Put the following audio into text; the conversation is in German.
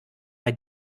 bei